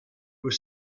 was